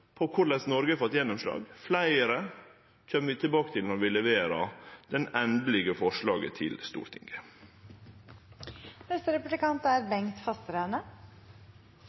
på korleis Noreg har fått gjennomslag. Fleire kjem vi tilbake til når vi leverer det endelege forslaget til